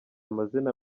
amazina